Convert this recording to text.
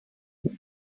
they